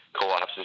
co-ops